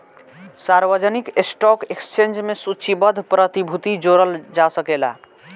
सार्वजानिक stock exchange में सूचीबद्ध प्रतिभूति जोड़ल जा सकेला